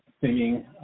singing